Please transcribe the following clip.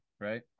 right